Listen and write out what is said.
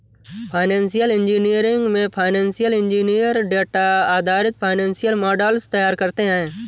financial engineering में financial engineer data आधारित financial models तैयार करते है